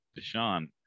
Deshaun